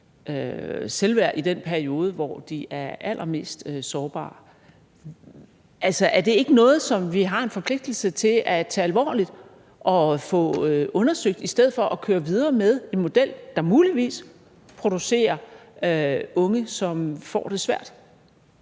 selvværd i den periode, hvor de var allermest sårbare? Er det ikke noget, som vi har en forpligtelse til at tage alvorligt og få undersøgt, i stedet for at køre videre med en model, der muligvis producerer unge, som får det svært?